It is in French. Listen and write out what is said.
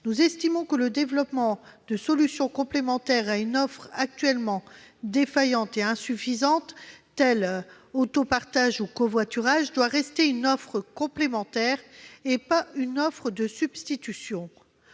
nous estimons que le développement de solutions complémentaires à une offre actuellement défaillante et insuffisante, telles que l'autopartage ou le covoiturage, doit rester une offre complémentaire et non une offre de substitution.